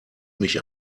mich